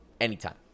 anytime